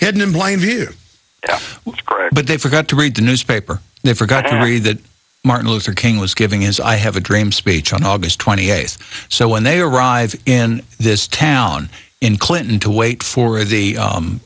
plain view but they forgot to read the newspaper they forgot to tell you that martin luther king was giving his i have a dream speech on august twenty eighth so when they arrive in this town in clinton to wait for the